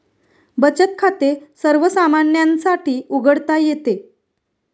बचत खाते सर्वसामान्यांसाठी उघडता येते